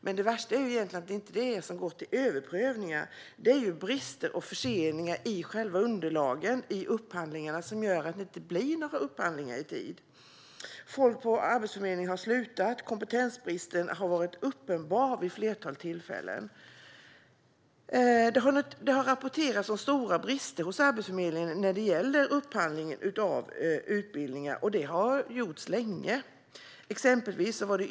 Men det värsta är egentligen inte de upphandlingar som går till överprövning utan de brister och förseningar i själva underlagen som gör att det inte blir några upphandlingar i tid. Folk på Arbetsförmedlingen har slutat, och kompetensbristen har varit uppenbar vid ett flertal tillfällen. Det har rapporterats om stora brister hos Arbetsförmedlingen när det gäller upphandling av utbildningar, och det har gjorts länge.